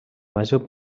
major